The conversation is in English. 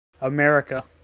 America